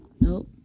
Nope